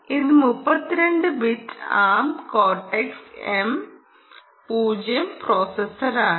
ഇത് 32 bit ARM Cortex M 0 പ്രോസസറാണ്